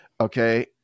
Okay